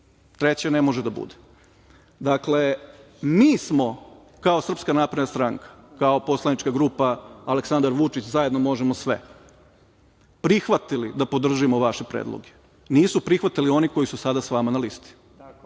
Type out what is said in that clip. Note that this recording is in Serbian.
Treće ne može da bude. Dakle, mi smo kao SNS, kao poslanička grupa „Aleksandar Vučić – Zajedno možemo sve“, prihvatili da podržimo vaše predloge. Nisu prihvatali oni koji su sada sa vama na listi.